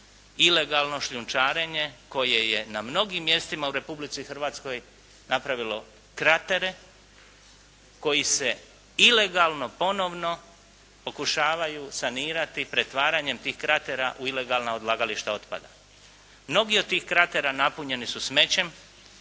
ilegalno šljunčarenje koje je na mnogim mjestima u Republici Hrvatskoj napravilo kratere koji se ilegalno, ponovno pokušavaju sanirati pretvaranjem tih kratera u ilegalna odlagališta otpada. Mnogi od tih kratera napunjeni su smećem,